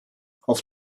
auf